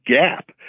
gap